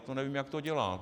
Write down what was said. To nevím, jak to dělá.